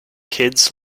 kids